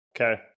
Okay